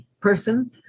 person